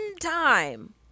time